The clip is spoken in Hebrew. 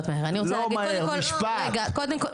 קודם כל,